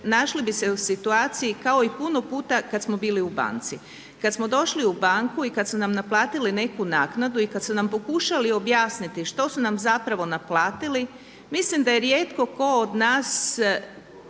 našli bi se u situaciji kao i puno puta kada smo bili u banci. Kada smo došli u banku i kad su nam naplatili neku naknadu i kad su nam pokušali objasniti što su nam zapravo naplatili mislim da je rijetko tko od nas